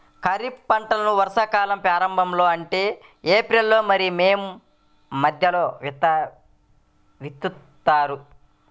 ఖరీఫ్ పంటలను వర్షాకాలం ప్రారంభంలో అంటే ఏప్రిల్ మరియు మే మధ్యలో విత్తుతారు